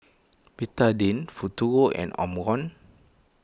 Betadine Futuro and Omron